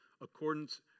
accordance